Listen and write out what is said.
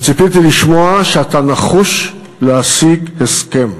אני ציפיתי לשמוע שאתה נחוש להשיג הסכם,